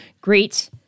Great